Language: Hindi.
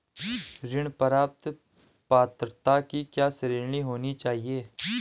ऋण प्राप्त पात्रता की क्या श्रेणी होनी चाहिए?